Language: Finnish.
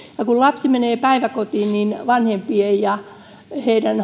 kun lapsi menee päiväkotiin niin vanhempien ja heidän